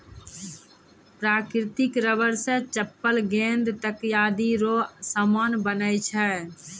प्राकृतिक रबर से चप्पल गेंद तकयादी रो समान बनै छै